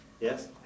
Yes